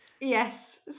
yes